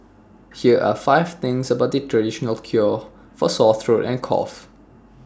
here are five things about the traditional cure for sore throat and cough